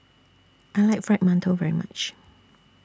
I like Fried mantou very much